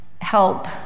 help